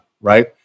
right